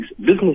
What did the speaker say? business